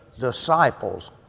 Disciples